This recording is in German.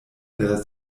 der